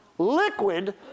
liquid